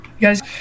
Guys